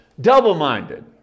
double-minded